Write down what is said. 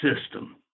system